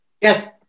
Yes